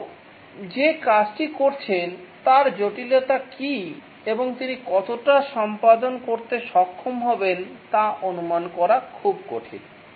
কেউ যে কাজটি করছেন তার জটিলতা কী এবং তিনি কতটা সম্পাদন করতে সক্ষম হবেন তা অনুমান করা খুব কঠিন